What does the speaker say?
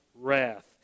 wrath